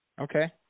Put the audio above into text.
Okay